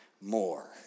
more